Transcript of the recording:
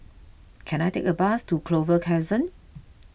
can I take a bus to Clover Crescent